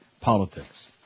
politics